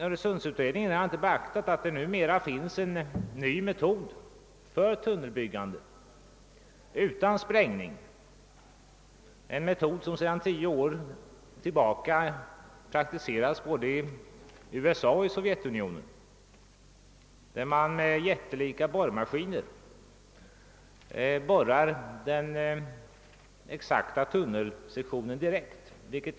Öresundsutredningen har inte tagit hänsyn till att det numera finns en ny metod för tunnelbyggande utan sprängning. Denna metod praktiseras sedan tio år tillbaka i både USA och Sovjetunionen. Med jättelika borrmaskiner borrar man den exakta tunnelsektionen direkt.